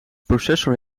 processor